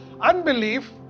unbelief